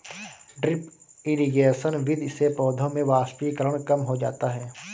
drip irrigation विधि से पौधों में वाष्पीकरण कम हो जाता है